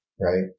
Right